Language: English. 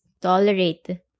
tolerate